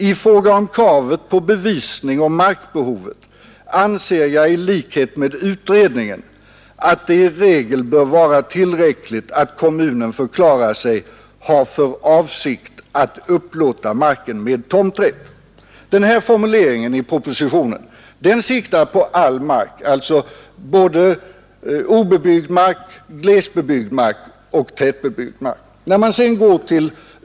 I fråga om kravet på bevisning om markbehovet anser jag i likhet med utredningen att det i regel bör vara tillräckligt att kommunen förklarar sig ha för avsikt att upplåta marken med tomträtt.” Den här formuleringen i propositionen siktar på all mark, alltså både obebyggd mark, glesbebyggd mark och tätbebyggd mark.